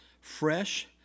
fresh